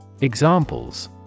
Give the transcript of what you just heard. Examples